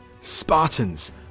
spartans